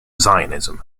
zionism